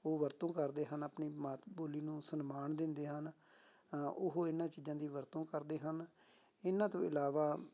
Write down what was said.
ਉਹ ਵਰਤੋਂ ਕਰਦੇ ਹਨ ਆਪਣੀ ਮਾਤ ਬੋਲੀ ਨੂੰ ਸਨਮਾਨ ਦਿੰਦੇ ਹਨ ਉਹ ਇਹਨਾਂ ਚੀਜ਼ਾਂ ਦੀ ਵਰਤੋਂ ਕਰਦੇ ਹਨ ਇਹਨਾਂ ਤੋਂ ਇਲਾਵਾ